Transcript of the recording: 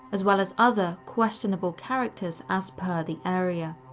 as well as other questionable characters as per the area.